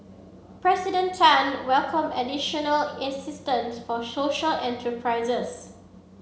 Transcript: President Tan welcomed additional assistance for social enterprises